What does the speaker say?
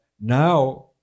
now